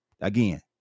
Again